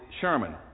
Sherman